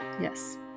Yes